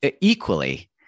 equally